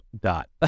Dot